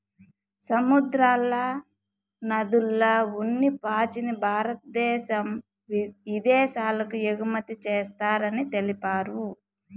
సముద్రాల, నదుల్ల ఉన్ని పాచిని భారద్దేశం ఇదేశాలకు ఎగుమతి చేస్తారని తెలిపారు